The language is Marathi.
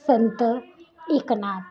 संत एकनाथ